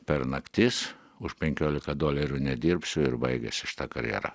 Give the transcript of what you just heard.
per naktis už penkiolika dolerių nedirbsiu ir baigėsi šita karjera